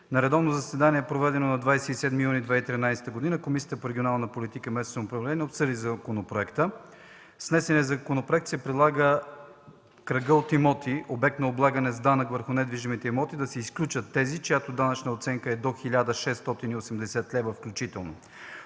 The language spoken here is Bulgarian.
На редовно заседание, проведено на 27 юни 2013 г., Комисията по регионална политика и местно самоуправление обсъди законопроекта. С внесения законопроект се предлага от кръга от имотите – обект на облагане с данък върху недвижимите имоти, да се изключат тези, чиято данъчна оценка е до 1680 лв. включително.